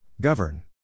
Govern